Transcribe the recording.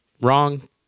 wrong